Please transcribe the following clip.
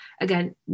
again